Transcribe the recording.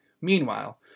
Meanwhile